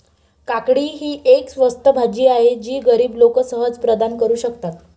काकडी ही एक स्वस्त भाजी आहे जी गरीब लोक सहज प्रदान करू शकतात